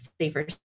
safer